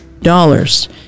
dollars